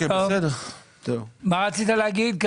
מה רצית להגיד?